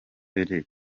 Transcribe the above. mbere